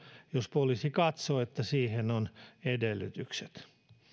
jos poliisi katsoo että siihen on edellytykset